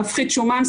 להפחית שומן,